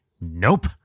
nope